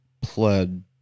pled